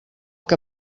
que